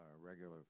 regular